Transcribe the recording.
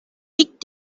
tik